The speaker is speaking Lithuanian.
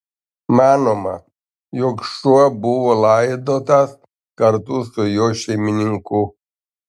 manoma jog šuo buvo laidotas kartu su jo šeimininku